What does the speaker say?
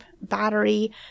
battery